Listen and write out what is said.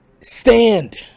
stand